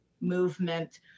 movement